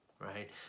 right